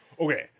Okay